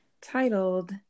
titled